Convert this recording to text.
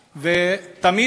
מבקשת.